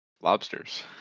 lobsters